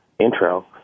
intro